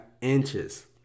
inches